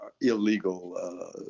illegal